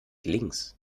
links